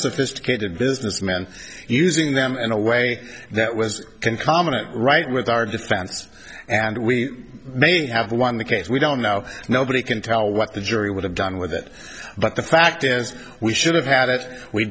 unsophisticated business men using them in a way that was can comment right with our the fans and we may have won the case we don't know nobody can tell what the jury would have done with it but the fact is we should have had it we